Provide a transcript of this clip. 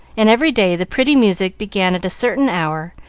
and every day the pretty music began at a certain hour,